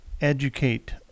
educate